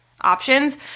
options